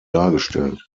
dargestellt